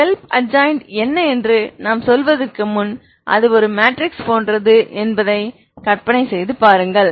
எனவே self adjoint என்ன என்று நான் சொல்வதற்கு முன் அது ஒரு மேட்ரிக்ஸ் போன்றது என்று கற்பனை செய்து பாருங்கள்